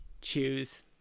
choose